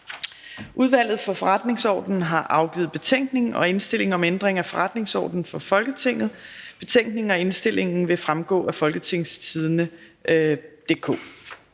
Udvalget for Forretningsordenen har afgivet: Betænkning og indstilling om ændring af forretningsordenen for Folketinget. (Oprettelse af Epidemiudvalget som nyt stående